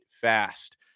fast